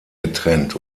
getrennt